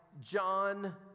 John